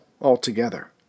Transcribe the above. altogether